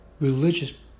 religious